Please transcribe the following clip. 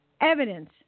Evidence